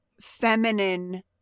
feminine